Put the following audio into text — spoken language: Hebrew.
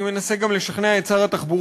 אני מנסה לשכנע גם את שר התחבורה,